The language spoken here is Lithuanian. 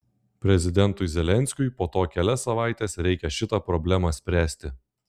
prezidentui zelenskiui po to kelias savaites reikia šitą problemą spręsti